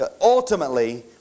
ultimately